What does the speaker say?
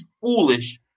foolish